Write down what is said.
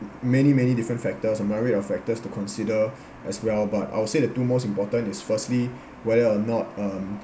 many many different factors a myriad of factors to consider as well but I would say the two most important is firstly whether or not um